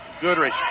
Goodrich